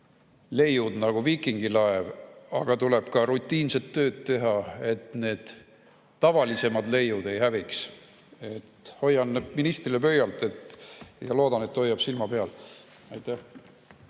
leiud nagu viikingilaev, aga tuleb ka rutiinset tööd teha, et need tavalisemad leiud ei häviks. Hoian ministrile pöialt ja loodan, et ta hoiab silma peal. Aitäh!